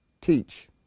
teach